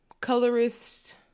colorist